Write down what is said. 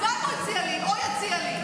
אז מה אם הוא הציע לי או יציע לי?